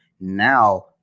now